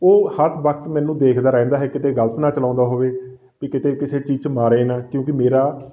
ਉਹ ਹਰ ਵਕਤ ਮੈਨੂੰ ਦੇਖਦਾ ਰਹਿੰਦਾ ਹੈ ਕਿਤੇ ਗਲਤ ਨਾ ਚਲਾਉਂਦਾ ਹੋਵੇ ਵੀ ਕਿਤੇ ਕਿਸੇ ਚੀਜ਼ 'ਚ ਮਾਰੇ ਨਾ ਕਿਉਂਕਿ ਮੇਰਾ